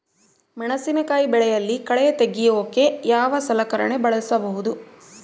ಮೆಣಸಿನಕಾಯಿ ಬೆಳೆಯಲ್ಲಿ ಕಳೆ ತೆಗಿಯೋಕೆ ಯಾವ ಸಲಕರಣೆ ಬಳಸಬಹುದು?